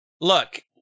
Look